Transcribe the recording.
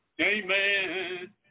amen